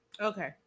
Okay